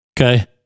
Okay